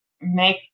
make